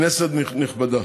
כנסת נכבדה,